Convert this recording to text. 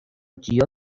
جیا